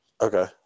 Okay